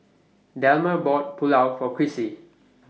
Delmer bought Pulao For Crissie